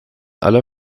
aller